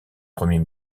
premier